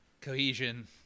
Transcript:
Cohesion